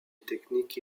technique